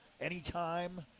anytime